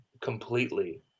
completely